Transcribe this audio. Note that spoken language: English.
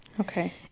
Okay